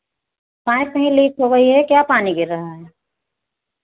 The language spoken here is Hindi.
पाइप कहीं लीक हो गई है क्या पानी गिर रहा है